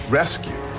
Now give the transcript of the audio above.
rescue